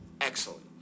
excellent